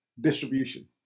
distribution